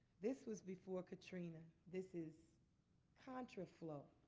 this was before katrina. this is contraflow.